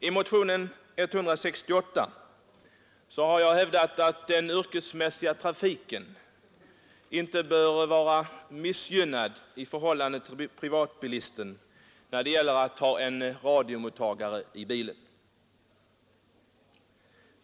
I motionen 168 har jag hävdat att den yrkesmässiga trafiken inte bör vara missgynnad i förhållande till privatbilismen när det gäller att ha en radiomottagare i bilen.